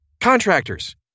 Contractors